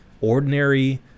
ordinary